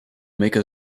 make